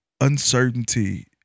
uncertainty